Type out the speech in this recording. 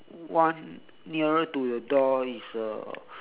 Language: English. one nearer to the door is a